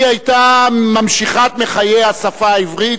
היא היתה ממשיכת מחיה השפה העברית,